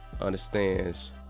understands